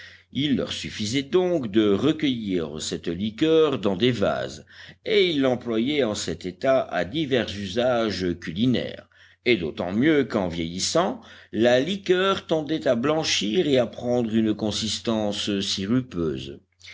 il leur suffisait donc de recueillir cette liqueur dans des vases et ils l'employaient en cet état à divers usages culinaires et d'autant mieux qu'en vieillissant la liqueur tendait à blanchir et à prendre une consistance sirupeuse